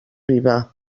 viva